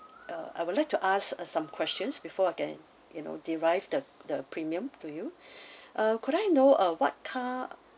uh I would like to ask uh some questions before I can you know derived the the premium to you uh could I know uh what car